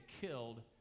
killed